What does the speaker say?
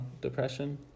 Depression